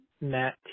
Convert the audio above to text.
Matt